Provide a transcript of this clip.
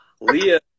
Leah